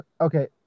okay